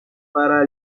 par